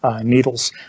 needles